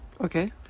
Okay